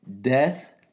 death